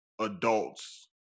adults